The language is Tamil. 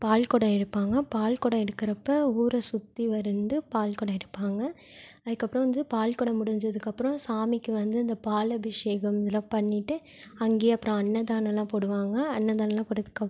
பால் குடம் எடுப்பாங்க பால் குடம் எடுக்கிறப்ப ஊரை சுற்றி வந்து பால் குடம் எடுப்பாங்க அதுக்கப்புறம் வந்து பால் குடம் முடிஞ்சதுக்கப்புறம் சாமிக்கு வந்து இந்த பால் அபிஷேகம் இதெல்லாம் பண்ணிகிட்டு அங்கே அப்புறம் அன்னதானம்லாம் போடுவாங்க அன்னதானம்லாம் போட்டதுக்கு அப்